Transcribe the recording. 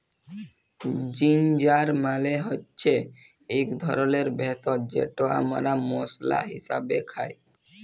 ginger মালে হচ্যে ইক ধরলের ভেষজ যেট আমরা মশলা হিসাবে খাই